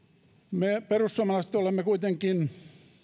me perussuomalaiset olemme kuitenkin